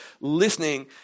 listening